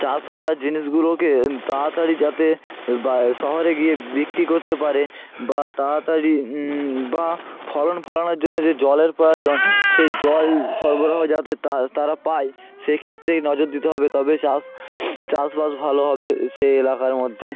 চাষ করা জিনিসগুলোকে তাড়াতাড়ি যাতে বা শহরে গিয়ে বিক্রি করতে পারে বা তাড়াতাড়ি বা ফলন ফলানোর জন্য যে জলের প্রয়োজন সেই জল সরবরাহ যাতে তারা পায় সেইক্ষেত্তেই নজর দিতে হবে তবে চাষ চাষবাস ভালো হবে সে এলাকার মধ্যে